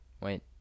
Wait